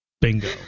Bingo